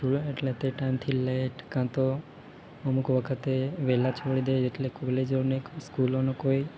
છુંવે એટલે તે ટાઈમથી લેટ કાં તો અમુક વખતે વહેલા છોડી દે એટલે કોલેજોને સ્કૂલોનું કોઈ